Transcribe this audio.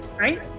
right